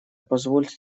позвольте